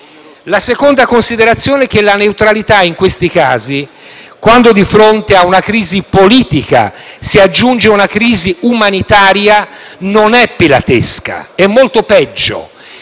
La seconda considerazione è che la neutralità in questi casi, quando di fronte a una crisi politica si aggiunge una crisi umanitaria, non è pilatesca, è molto peggio,